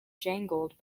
jangled